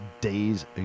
days